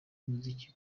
umuziki